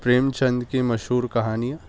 پریم چند کی مشہور کہانیاں